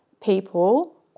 people